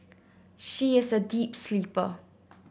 she is a deep sleeper